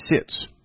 sits